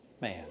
Man